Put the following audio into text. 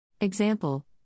Example